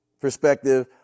perspective